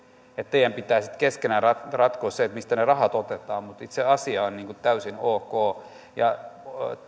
teidän pitää sitten keskenään ratkoa ratkoa se mistä ne rahat otetaan mutta itse asia on täysin ok